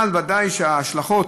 אבל ודאי שההשלכות